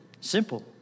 simple